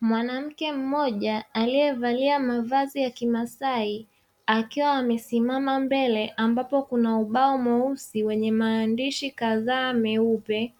Mwanamke mmoja aliyevalia mavazi ya kimasai, akiwa amesimama mbele ambapo kuna ubao mweusi; wenye maandishi kadhaa meupe,